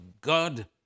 God